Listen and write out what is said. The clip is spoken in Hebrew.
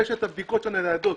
יש הבדיקות של הניידות.